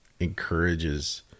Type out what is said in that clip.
encourages